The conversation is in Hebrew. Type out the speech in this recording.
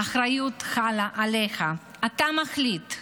האחריות חלה עליך, אתה מחליט.